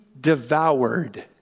devoured